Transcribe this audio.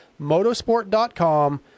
Motorsport.com